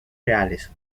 reales